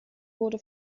wurde